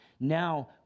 Now